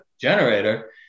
generator